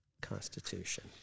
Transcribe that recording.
Constitution